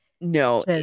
No